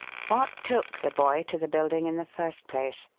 what took the boy to the building, in the first place?